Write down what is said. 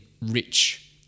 rich